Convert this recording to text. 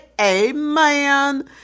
amen